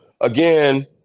again